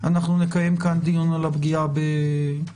אנחנו נקיים כאן דיון על הפגיעה בענף